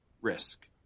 risk